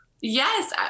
Yes